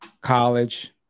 college